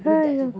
!haiya!